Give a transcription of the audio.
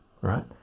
right